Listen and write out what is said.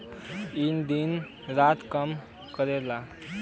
ई दिनो रात काम करेला